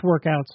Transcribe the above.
workouts